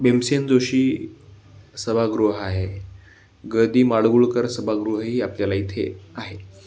भीमसेन जोशी सभागृह आहे ग दि माडगुळकर सभागृहही आपल्याला इथे आहे